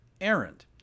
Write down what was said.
errand